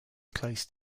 close